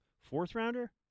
fourth-rounder